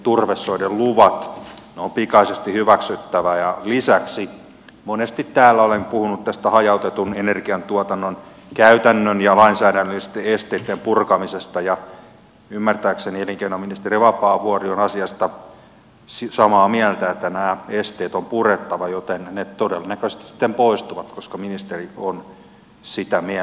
ne on pikaisesti hyväksyttävä ja lisäksi monesti täällä olen puhunut hajautetun energiantuotannon käytännön ja lainsäädännöllisten esteitten purkamisesta ja ymmärtääkseni elinkeinoministeri vapaavuori on asiasta samaa mieltä että nämä esteet on purettava joten ne todennäköisesti sitten poistuvat koska ministeri on sitä mieltä